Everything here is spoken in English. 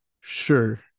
sure